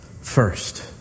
first